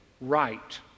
right